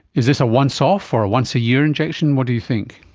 is this a once-off or a once-a-year injection? what do you think?